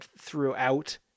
throughout